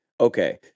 Okay